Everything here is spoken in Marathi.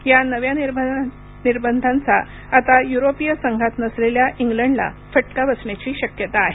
या नव्या निर्बंधांचा आता युरोपीय संघात नसलेल्या इंग्लंडला फटका बसण्याची शक्यता आहे